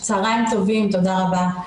צהריים טובים, תודה רבה.